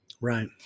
Right